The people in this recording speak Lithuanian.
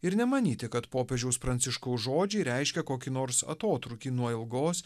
ir nemanyti kad popiežiaus pranciškaus žodžiai reiškia kokį nors atotrūkį nuo ilgos